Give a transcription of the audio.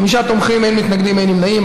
חמישה תומכים, אין מתנגדים, אין נמנעים.